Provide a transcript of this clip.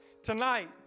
tonight